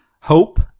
hope